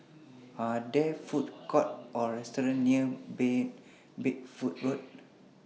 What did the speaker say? Are There Food Courts Or restaurants near Bed Bedford Road